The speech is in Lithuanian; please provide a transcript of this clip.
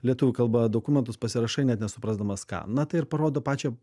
lietuvių kalba dokumentus pasirašai net nesuprasdamas ką na tai ir parodo pačią